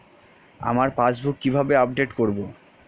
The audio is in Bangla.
আমার পাসবুক কিভাবে আপডেট করবো?